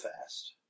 fast